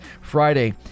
Friday